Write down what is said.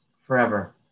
Forever